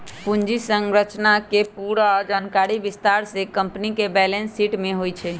पूंजी संरचना के पूरा जानकारी विस्तार से कम्पनी के बैलेंस शीट में होई छई